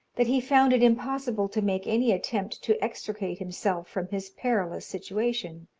that he found it impossible to make any attempt to extricate himself from his perilous situation.